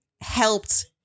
helped